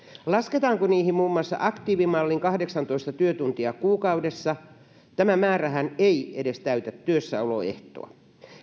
lasketaanko niihin muun muassa aktiivimallin kahdeksantoista työtuntia kuukaudessa tämä määrähän ei edes täytä työssäoloehtoa